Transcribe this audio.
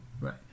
right